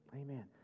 Amen